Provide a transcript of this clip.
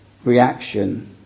Reaction